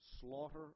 slaughter